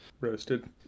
Roasted